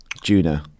Juno